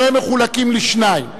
אבל הם מחולקים לשניים.